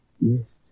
Yes